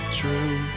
true